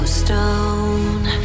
stone